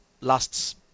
lasts